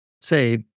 say